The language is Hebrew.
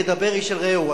כדבר איש אל רעהו,